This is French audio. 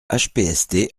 hpst